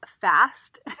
fast